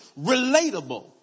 relatable